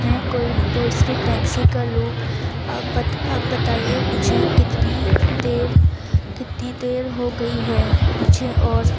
میں کوئی دوسری ٹیکسی کر لوں اب اب بتائیے مجھے کتنی دیر کتنی دیر ہو گئی ہے مجھے اور